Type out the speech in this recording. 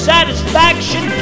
Satisfaction